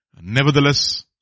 Nevertheless